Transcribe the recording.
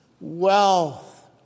wealth